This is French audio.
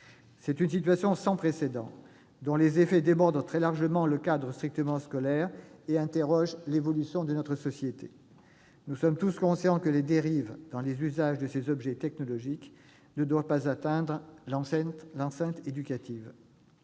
C'est une situation sans précédent, dont les effets débordent très largement le cadre strictement scolaire et interrogent l'évolution de notre société. Les dérives dans l'usage de ces appareils technologiques ne doivent pas atteindre l'enceinte éducative.